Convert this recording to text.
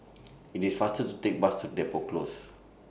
IT IS faster to Take The Bus to Depot Close